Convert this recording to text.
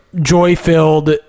joy-filled